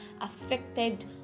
affected